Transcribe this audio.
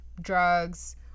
drugs